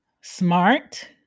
smart